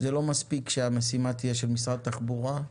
לא מספיק שהמשימה תהיה של משרד התחבורה.